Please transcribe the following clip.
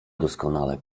doskonale